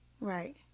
Right